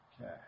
Okay